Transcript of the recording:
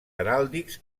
heràldics